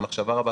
עם מחשבה רבה,